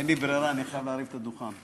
אין לי ברירה, אני חייב להרים את הדוכן.